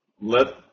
let